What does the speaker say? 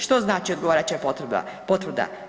Što znači odgovarajuća potvrda?